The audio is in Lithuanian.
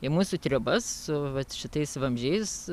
į mūsų triobas su vat šitais vamzdžiais